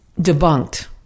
debunked